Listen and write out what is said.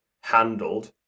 handled